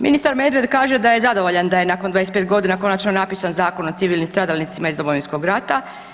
Ministar Medved kaže da je zadovoljan da je napokon nakon 25 godina konačno napisan Zakon o civilnim stradalnicima iz Domovinskog rata.